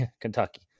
Kentucky